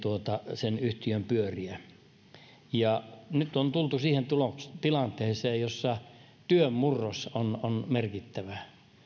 sen yhtiön pyöriä nyt on tultu siihen tilanteeseen jossa työn murros on merkittävä